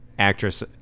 Actress